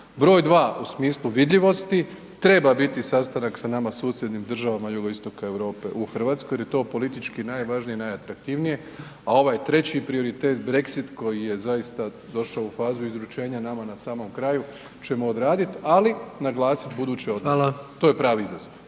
Broj dva u smislu vidljivosti, treba biti sastanak sa nama susjednim državama jugoistoka Europe u Hrvatskoj jer je to politički najvažnije i najatraktivnije a ovaj treći prioritet, Brexit, koji je zaista došao u fazu izručenja nama na samom kraju ćemo odradit ali naglasiti buduće odnose, to je pravi izazov.